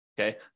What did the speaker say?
okay